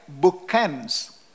bookends